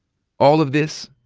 all of this,